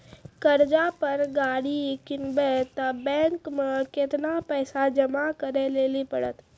कर्जा पर गाड़ी किनबै तऽ बैंक मे केतना पैसा जमा करे लेली पड़त?